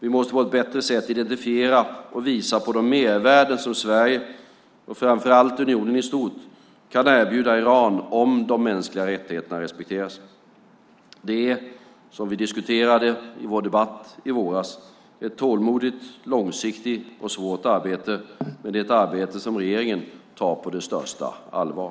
Vi måste på ett bättre sätt identifiera och visa på de mervärden som Sverige och framför allt unionen i stort kan erbjuda Iran om de mänskliga rättigheterna respekteras. Det är - som vi diskuterade i vår debatt i våras - ett tålmodigt, långsiktigt och svårt arbete. Och det är ett arbete som regeringen tar på största allvar.